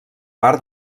part